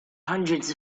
hundreds